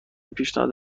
پیشنهاد